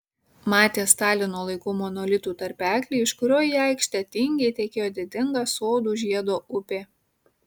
matė stalino laikų monolitų tarpeklį iš kurio į aikštę tingiai tekėjo didinga sodų žiedo upė